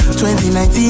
2019